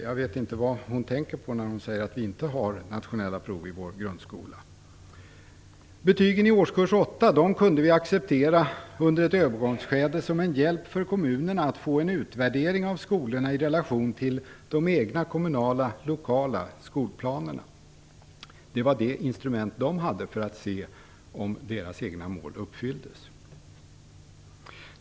Jag vet inte vad hon tänker på när hon säger att vi inte har nationella prov i vår grundskola. Betygen i årskurs 8 kunde vi acceptera under ett övergångsskede som en hjälp för kommunerna att få en utvärdering av skolorna i relation till kommunens egen lokala skolplan. Det var det instrument kommunerna hade för att se om deras egna mål uppfylldes.